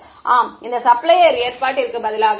மாணவர் ஆம் இந்த சப்ளையர் ஏற்பாட்டிற்கு பதிலாக